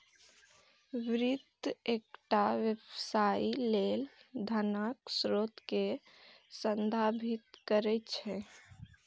वित्त एकटा व्यवसाय लेल धनक स्रोत कें संदर्भित करै छै